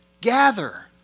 gather